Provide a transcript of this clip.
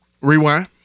Rewind